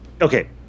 okay